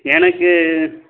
எனக்கு